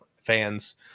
fans